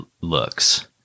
looks